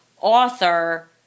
author